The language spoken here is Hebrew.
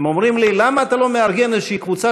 הם אומרים לי: למה אתה לא מארגן איזושהי קבוצה